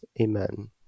Amen